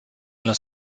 los